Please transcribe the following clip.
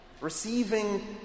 receiving